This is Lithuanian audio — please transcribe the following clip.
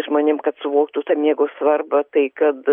žmonėm kad suvoktų tą miego svarbą tai kad